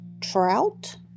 Trout